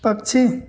पक्षी